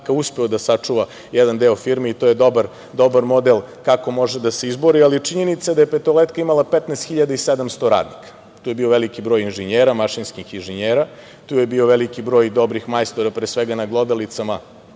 uspeo da sačuva jedan deo firme i to je dobar model kako može da se izbori. Činjenica da je „petoletka“ imala 15.700 radnika, to je bio veliki broj inženjera, mašinskih inženjera, tu je bio veliki broj dobrih majstora, pre svega, na glodalicama